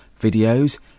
videos